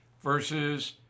versus